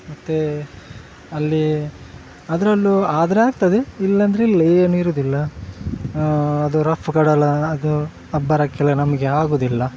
ಮತ್ತು ಅಲ್ಲಿ ಅದರಲ್ಲೂ ಆದರೆ ಆಗ್ತದೆ ಇಲ್ಲ ಅಂದ್ರೆ ಇಲ್ಲ ಏನಿರೋದಿಲ್ಲ ಅದು ರಫ್ಫು ಕಡಲ ಅದು ಅಬ್ಬರಕ್ಕೆಲ್ಲ ನಮಗೆ ಆಗುವುದಿಲ್ಲ